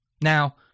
Now